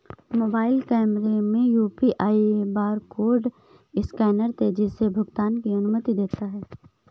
mobile कैमरे में UPI barcode scanner तेजी से भुगतान की अनुमति देता है